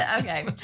Okay